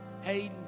Hayden